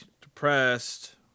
depressed